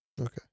Okay